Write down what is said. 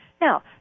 Now